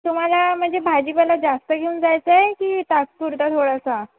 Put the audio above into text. तुम्हाला म्हणजे भाजीपाला जास्त घेऊन जायचं आहे की तात्पुरता थोडासा